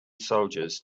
soldiers